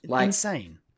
insane